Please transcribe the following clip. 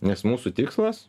nes mūsų tikslas